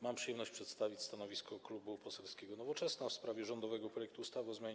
Mam przyjemność przedstawić stanowisko Klubu Poselskiego Nowoczesna w sprawie rządowego projektu ustawy o zmianie